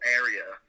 area